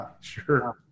Sure